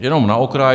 Jenom na okraj.